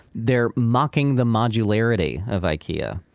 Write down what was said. they're mocking the modularity of ikea.